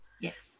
Yes